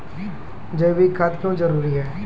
जैविक खाद क्यो जरूरी हैं?